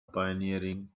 pioneering